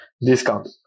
discount